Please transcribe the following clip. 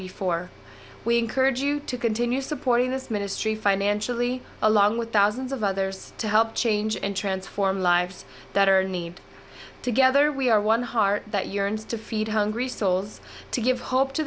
before we encourage you to continue supporting this ministry financially along with thousands of others to help change and transform lives that are need together we are one heart that yearns to feed hungry souls to give hope to